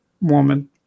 woman